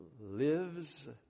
lives